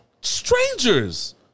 Strangers